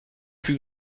plus